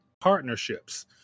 partnerships